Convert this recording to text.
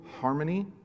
harmony